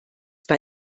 bei